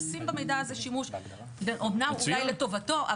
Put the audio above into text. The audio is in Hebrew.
עושים במידע הזה שימוש .ואמנם אולי לטובתו,